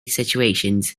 situations